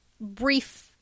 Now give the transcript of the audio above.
brief